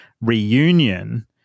reunion